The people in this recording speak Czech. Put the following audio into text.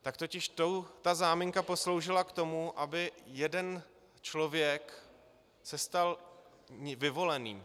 Tak totiž ta záminka posloužila k tomu, aby jeden člověk se stal vyvoleným.